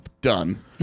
done